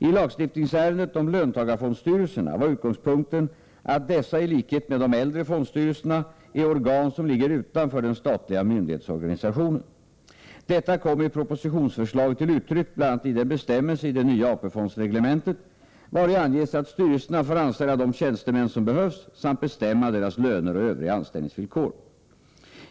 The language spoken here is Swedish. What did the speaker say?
I lagstiftningsärendet om löntagarfondsstyrelserna var utgångspunkten att dessa i likhet med de äldre fondstyrelserna är organ som ligger utanför den statliga myndighetsorganisationen. Detta kom i propositionsförslaget till uttryck bl.a. i den bestämmelse i det nya AP-fondsreglementet vari anges att styrelserna får anställa de tjänstemän som behövs samt bestämma deras löner och övriga anställningsvillkor.